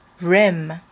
rim